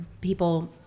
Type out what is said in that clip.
people